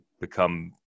become